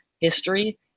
history